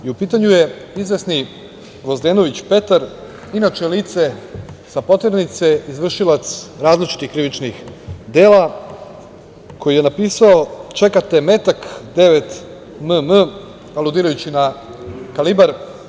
U pitanju je izvesni Gvozdenović Petar, inače lice sa poternice, izvršilac različitih krivičnih dela, koji je napisao - Čeka te metak 9 mm, aludirajući na kalibar.